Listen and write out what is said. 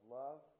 love